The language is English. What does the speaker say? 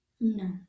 No